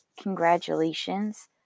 congratulations